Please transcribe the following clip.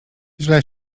źle